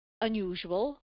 unusual